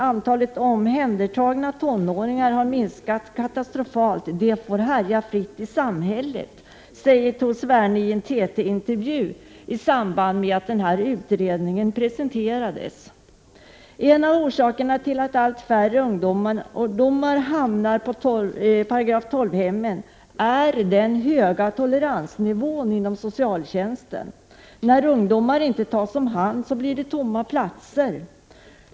Antalet omhändertagna tonåringar har minskat katastrofalt. De får härja fritt i samhället”, sade Tor Sverne i en TT-intervju i samband med att utredningen presenterades. En av orsakerna till att allt färre ungdomar hamnar på § 12-hemmen är den höga toleransnivån inom socialtjänsten. När ungdomar inte tas om hand blir det tomma platser.